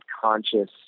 conscious